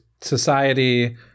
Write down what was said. society